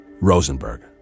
Rosenberg